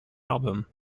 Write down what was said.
album